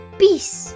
peace